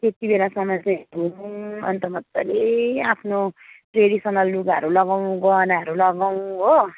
त्यत्ति बेलासम्म चाहिँ घुमौँ अन्त मजाले आफ्नो ट्रेडिसनल लुगाहरू लगाउँ गहनाहरू लगाउँ हो